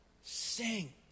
sing